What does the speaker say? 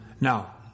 Now